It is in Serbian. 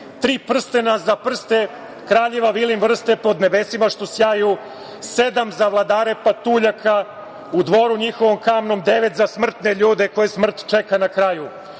prstena za prste kraljeva vilin vrste“ - Pod nebesima što sjaju, sedam za vladare patuljaka u dvoru njihovom kamnom, devet za smrtne ljude koje smrt čeka na kraju,